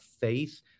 faith